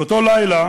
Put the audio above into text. באותו לילה